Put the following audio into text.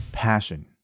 passion